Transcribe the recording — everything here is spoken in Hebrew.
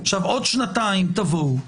עוד שנתיים תבואו,